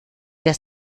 das